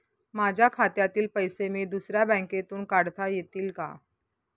माझ्या खात्यातील पैसे मी दुसऱ्या बँकेतून काढता येतील का?